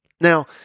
Now